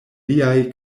liaj